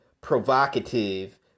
provocative